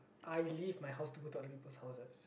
I leave my house to go to other people's houses